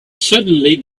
suddenly